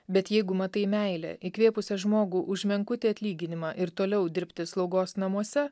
bet jeigu matai meilę įkvėpusią žmogų už menkutį atlyginimą ir toliau dirbti slaugos namuose